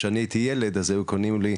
שאני הייתי ילד אז היו קונים לי,